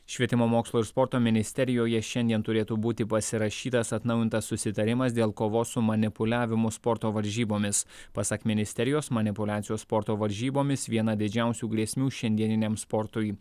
švietimo mokslo ir sporto ministerijoje šiandien turėtų būti pasirašytas atnaujintas susitarimas dėl kovos su manipuliavimu sporto varžybomis pasak ministerijos manipuliacijos sporto varžybomis viena didžiausių grėsmių šiandieniniam sportui